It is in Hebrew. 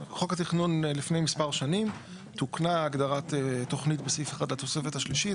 חוק התכנון לפני מספר שנים תוקנה הגדרת תוכנית בסעיף 1 לתוספת השלישית.